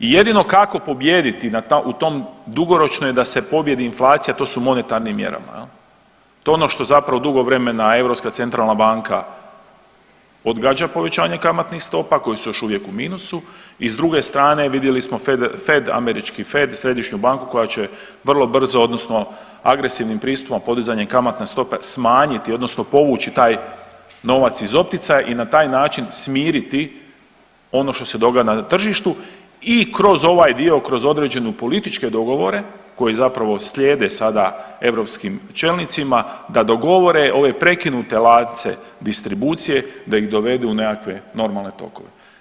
I jedino kako pobijediti u tom dugoročno je da se pobijedi inflacija to su monetarnim mjerama, to ono što zapravo drugo vremena Europska centralna banka odgađa povećanje kamatnih stopa koje su još uvijek u minusu i s druge strane vidjeli smo američki FED Središnju banku koja će vrlo brzo odnosno agresivnim pristupom podizanjem kamatne stope smanjiti odnosno povući taj novac iz opticaja i na taj način smiriti ono što se događa na tržištu i kroz ovaj dio kroz određene političke dogovore, koji zapravo slijede sada europskim čelnicima da dogovore ove prekinute lance distribucije, da ih dovede u nekakve normalne tokove.